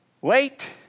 Wait